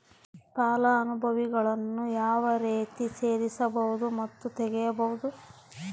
ಫಲಾನುಭವಿಗಳನ್ನು ಯಾವ ರೇತಿ ಸೇರಿಸಬಹುದು ಮತ್ತು ತೆಗೆಯಬಹುದು?